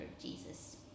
Jesus